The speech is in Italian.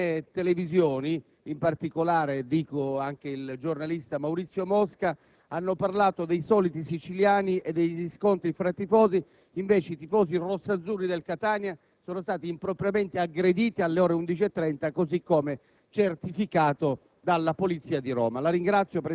autorità e cattiva informazione. Ripeto: alcune televisioni, in particolare quella in cui è intervenuto il giornalista Maurizio Mosca, hanno parlato dei soliti siciliani e degli scontri tra tifosi, quando invece i tifosi rosso-azzurri del Catania sono stati impropriamente aggrediti, alle ore 11,30, così come